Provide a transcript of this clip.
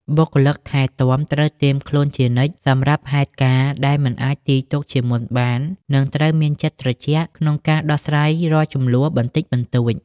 បុគ្គលិកថែទាំត្រូវត្រៀមខ្លួនជានិច្ចសម្រាប់ហេតុការណ៍ដែលមិនអាចទាយទុកជាមុនបាន និងត្រូវមានចិត្តត្រជាក់ក្នុងការដោះស្រាយរាល់ជម្លោះបន្តិចបន្តួច។